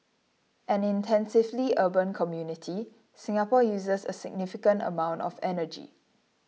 an intensively urban community Singapore uses a significant amount of energy